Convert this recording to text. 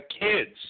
kids